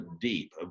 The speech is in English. deep